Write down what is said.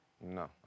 No